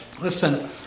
Listen